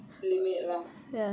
limit lah